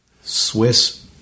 Swiss